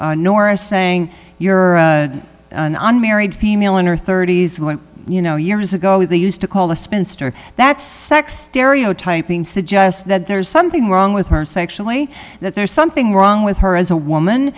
of nora's saying you're an unmarried female in her thirty's when you know years ago they used to call a spinster that's sex dario typing suggests that there's something wrong with her sexually that there's something wrong with her as a woman